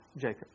Jacob